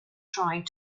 trying